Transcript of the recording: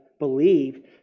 Believe